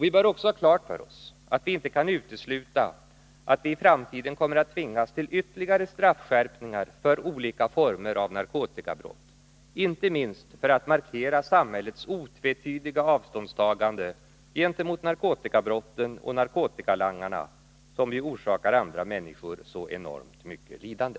Vi bör också ha klart för oss att vi inte kan utesluta att vi i framtiden kommer att tvingas till ytterligare straffskärpningar för olika former av narkotikabrott, inte minst för att markera samhällets otvetydiga avståndstagande gentemot narkotikabrotten och narkotikalangarna, som ju orsakar andra människor så enormt mycket lidande.